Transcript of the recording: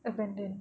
abandon